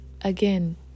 Again